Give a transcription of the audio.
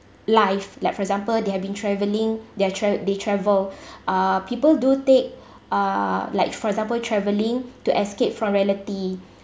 life like for example they have been travelling they travel they travel uh people do take uh like for example travelling to escape from reality